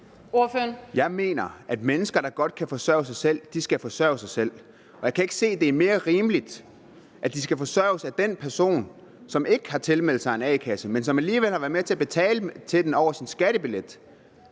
Jeg mener, at mennesker, der godt kan forsørge sig selv, skal forsørge sig selv. Og jeg kan ikke se, at det er mere rimeligt, at de skal forsørges af den person, som ikke har tilmeldt sig en a-kasse, men som alligevel har været med til at betale til den over sin skattebillet,